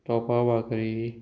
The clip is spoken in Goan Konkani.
तोपा भाकरी